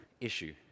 issue